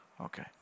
Okay